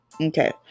Okay